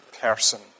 person